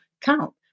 count